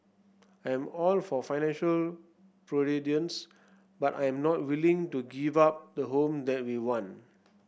I am all for financial prudence but I am not willing to give up the home that we want